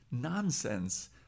nonsense